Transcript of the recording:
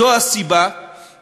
זו הסיבה לכך